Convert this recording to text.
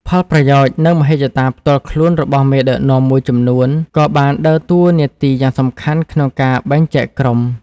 ផលប្រយោជន៍ និងមហិច្ឆតាផ្ទាល់ខ្លួនរបស់មេដឹកនាំមួយចំនួនក៏បានដើរតួនាទីយ៉ាងសំខាន់ក្នុងការបែងចែកក្រុម។